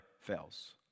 fails